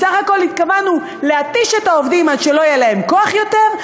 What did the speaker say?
בסך הכול התכוונו להתיש את העובדים עד שלא יהיה להם כוח יותר,